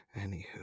Anywho